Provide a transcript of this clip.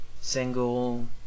single